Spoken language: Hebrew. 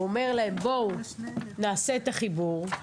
ואומר להם: בואו נעשה את החיבור;